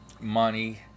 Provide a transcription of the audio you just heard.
money